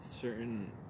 certain